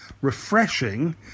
refreshing